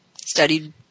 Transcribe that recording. studied